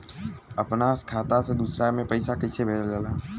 अपना खाता से दूसरा में पैसा कईसे भेजल जाला?